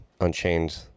Unchained